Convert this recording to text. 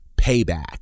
Payback